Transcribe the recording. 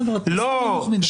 לא,